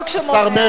השר מרגי.